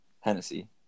Hennessy